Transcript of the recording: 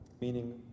meaning